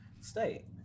state